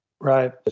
Right